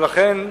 ולכן אנחנו,